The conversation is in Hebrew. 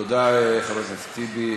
תודה, חבר הכנסת טיבי.